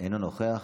אינו נוכח.